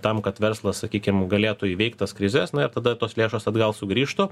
tam kad verslas sakykim galėtų įveikt tas krizes na ir tada tos lėšos atgal sugrįžtų